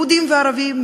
יהודים וערבים,